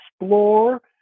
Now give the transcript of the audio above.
explore